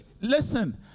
listen